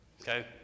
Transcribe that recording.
Okay